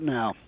now